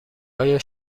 های